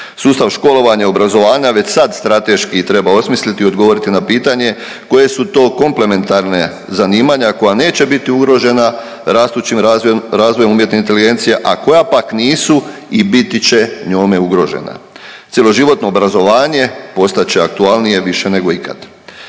Sustav školovanja, obrazovanja već sad strateški treba osmisliti i odgovoriti na pitanje koje su to komplementarna zanimanja koja neće biti ugrožena rastućim razvojem umjetne inteligencije, a koja pak nisu i biti će njome ugrožena. Cjeloživotno obrazovanje postat će aktualnije više nego ikad.